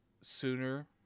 sooner